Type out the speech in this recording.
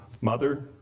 mother